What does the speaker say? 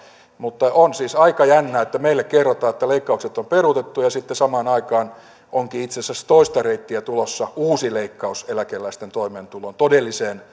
mutta on siis aika jännää että meille kerrotaan että leikkaukset on peruutettu ja sitten samaan aikaan onkin itse asiassa toista reittiä tulossa uusi leikkaus eläkeläisten toimeentuloon todelliseen